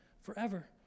forever